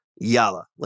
Yalla